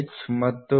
H ಮತ್ತು H